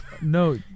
No